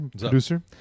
producer